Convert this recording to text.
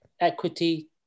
equity